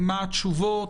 מה התשובות?